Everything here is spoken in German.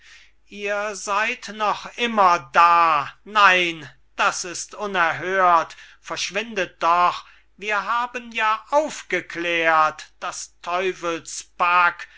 ihr seyd noch immer da nein das ist unerhört verschwindet doch wir haben ja aufgeklärt das